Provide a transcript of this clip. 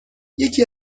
یکی